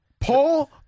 Paul